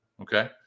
Okay